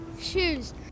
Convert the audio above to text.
Shoes